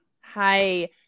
Hi